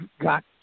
got